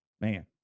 Man